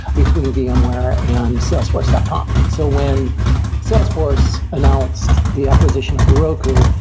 between vmware and salesforce dot com. so when salesforce announced the acquisition of heroku,